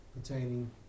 pertaining